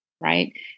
Right